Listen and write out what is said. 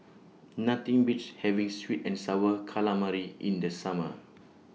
Nothing Beats having Sweet and Sour Calamari in The Summer